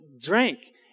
drank